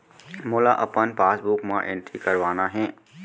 मोला अपन पासबुक म एंट्री करवाना हे?